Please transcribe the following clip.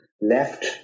left